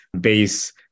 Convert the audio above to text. base